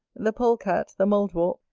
the pole-cat, the mouldwarp,